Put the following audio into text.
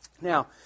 Now